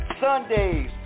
Sundays